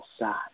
inside